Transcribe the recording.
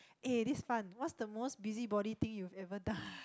eh this fun what's the most busybody thing you've ever done